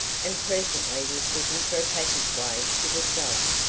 and presently was looking for a passageway to the cellar.